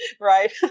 Right